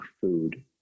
food